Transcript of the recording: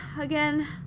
Again